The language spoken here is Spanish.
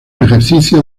ejercicio